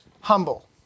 humble